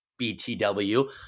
btw